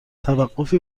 توقفی